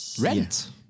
Rent